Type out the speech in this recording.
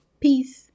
Peace